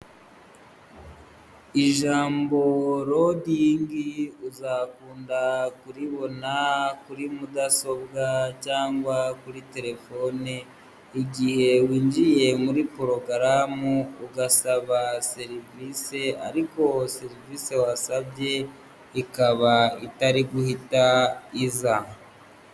Ijambo roding uzakunda kuribona kuri mudasobwa cyangwa kuri telefone, igihe winjiye muri porogaramu ugasaba serivisi ariko serivisi wasabye ikaba itari guhita iza.